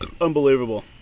Unbelievable